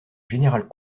général